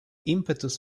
impetus